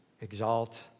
exalt